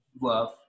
love